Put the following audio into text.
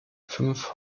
fünf